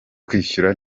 kwishyura